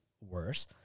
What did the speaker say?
worse